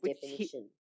definition